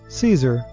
Caesar